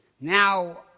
Now